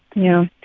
yeah.